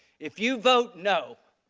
if you vote no,